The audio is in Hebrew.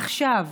עכשיו